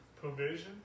provision